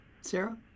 Sarah